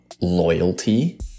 loyalty